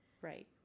Right